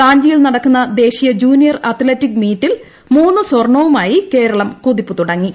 റാഞ്ചിയിൽ നടക്കുന്ന ദേശീയ ജൂനിയർ അത്ലറ്റിക് മീറ്റിൽ മൂന്ന് സ്വർണ്ണവുമായി കേരളം കുതിപ്പ് തുടങ്ങി